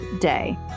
day